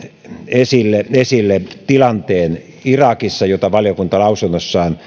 huomiona nostan esille tilanteen irakissa jota valiokunta lausunnossaan